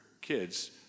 kids